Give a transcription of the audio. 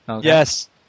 Yes